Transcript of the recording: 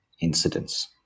incidents